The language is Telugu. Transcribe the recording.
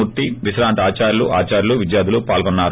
మూర్తి విశ్రాంత ఆచార్యులు ఆచార్యులు విద్యార్దులు పాల్గొన్నారు